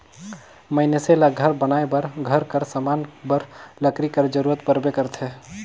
मइनसे ल घर बनाए बर, घर कर समान बर लकरी कर जरूरत परबे करथे